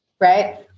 right